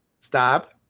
Stop